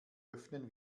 öffnen